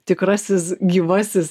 tikrasis gyvasis